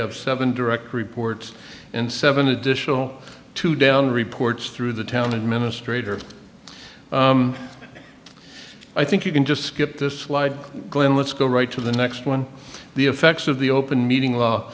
have seven direct reports and seven additional two down reports through the town administrator i think you can just skip this slide going let's go right to the next one the effects of the open meeting